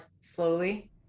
slowly